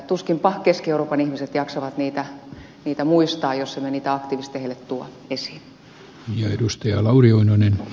tuskinpa keski euroopan ihmiset jaksavat niitä muistaa jos emme niitä aktiivisesti heille tuo esiin